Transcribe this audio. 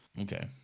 Okay